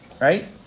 right